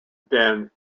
ben